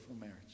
marriage